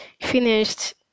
finished